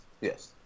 Yes